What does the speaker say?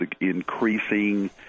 increasing